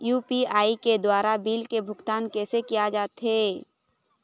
UPI के द्वारा bill के भुगतान कैसे किया जाथे?